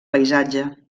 paisatge